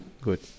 good